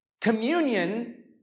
communion